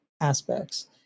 aspects